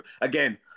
Again